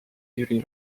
jüri